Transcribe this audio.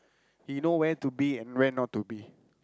he know where to be and where not to be